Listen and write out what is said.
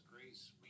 grace